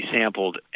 sampled